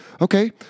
Okay